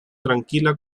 tranquila